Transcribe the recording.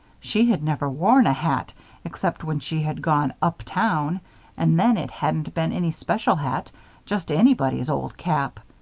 she had never worn a hat except when she had gone up town and then it hadn't been any special hat just anybody's old cap.